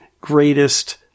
greatest